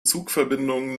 zugverbindungen